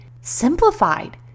simplified